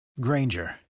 Granger